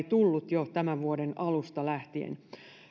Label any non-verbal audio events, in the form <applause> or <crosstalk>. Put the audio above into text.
<unintelligible> tullut tämän vuoden alusta lähtien